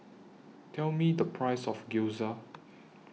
Tell Me The Price of Gyoza